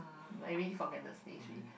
I really forget the taste already